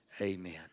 Amen